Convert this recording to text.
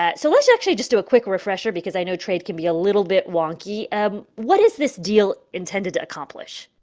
ah so let's actually just do a quick refresher because i know trade can be a little bit wonky. ah what what is this deal intended to accomplish?